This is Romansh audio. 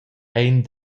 ein